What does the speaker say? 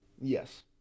Yes